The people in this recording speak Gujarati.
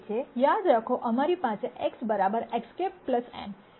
યાદ રાખો અમારી પાસે X X̂ n